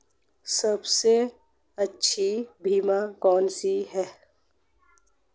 सबसे अच्छा बीमा कौनसा है?